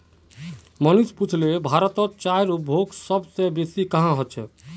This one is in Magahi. मनीष पुछले भारतत चाईर उपभोग सब स बेसी कुहां ह छेक